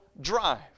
Drive